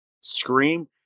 scream